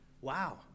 Wow